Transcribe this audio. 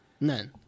None